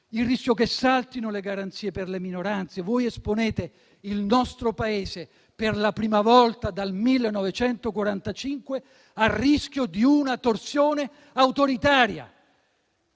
il rischio che saltino le garanzie per le minoranze. Voi esponete il nostro Paese, per la prima volta dal 1945, al rischio di una torsione autoritaria,